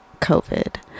covid